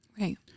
Right